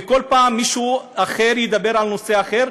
וכל פעם מישהו אחר ידבר על נושא אחר,